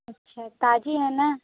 अच्छा ताज़ी है ना